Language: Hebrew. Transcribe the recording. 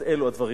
אז אלו הדברים.